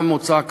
גם הוצאה כספית,